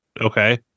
okay